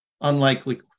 unlikely